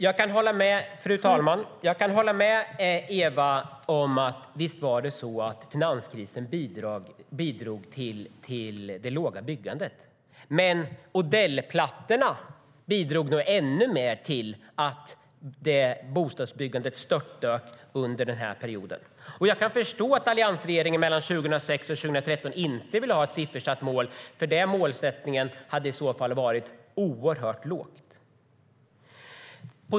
Jag kan förstå att alliansregeringen inte ville ha ett siffersatt mål mellan 2006 och 2013 eftersom målsättningen i så fall hade varit oerhört låg.